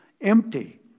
empty